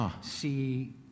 see